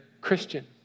Christian